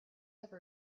have